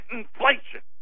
inflation